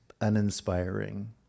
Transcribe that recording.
uninspiring